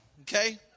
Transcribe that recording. okay